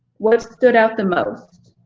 what stood out the most?